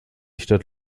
stadt